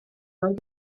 mewn